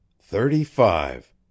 Thirty-five